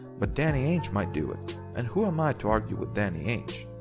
but danny ainge might do it and who am i to argue with danny ainge.